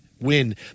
win